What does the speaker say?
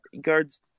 guards